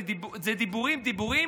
זה דיבורים דיבורים,